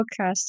podcast